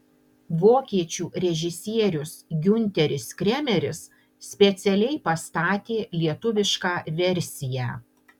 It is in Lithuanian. vokiečių režisierius giunteris kremeris specialiai pastatė lietuvišką versiją